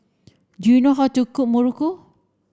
do you know how to cook Muruku